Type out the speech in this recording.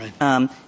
Right